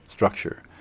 structure